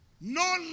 No